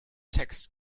text